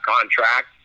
contract